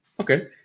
okay